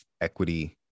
equity